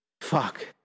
Fuck